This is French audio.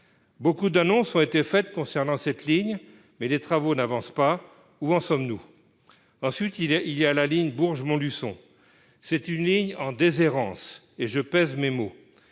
beaucoup d'annonces ont été faites concernant cette ligne, mais les travaux n'avancent pas, où en sommes-nous, ensuite il y a, il y a la ligne Bourges Montluçon, c'est une ligne en déshérence et je pèse mes mots,